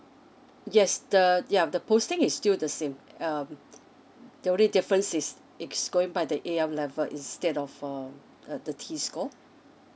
yes the yeah the posting is still the same um the only difference is it's going by the A_L level instead of um uh the T score